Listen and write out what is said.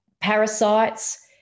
parasites